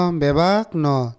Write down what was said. bebakno